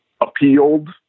appealed